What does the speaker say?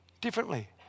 differently